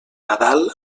nadal